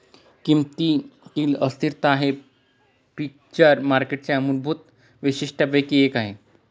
किमतीतील अस्थिरता हे फ्युचर्स मार्केटच्या मूलभूत वैशिष्ट्यांपैकी एक आहे